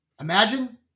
Imagine